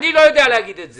אני לא יודע להגיד את זה.